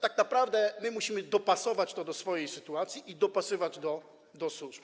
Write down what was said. Tak naprawdę my musimy dopasować to do swojej sytuacji, dopasować do służb.